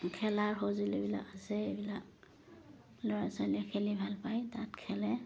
খেলাৰ সঁজুলিবিলাক আছে এইবিলাক ল'ৰা ছোৱালীয়ে খেলি ভাল পায় তাত খেলে